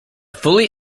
fully